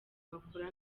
bakora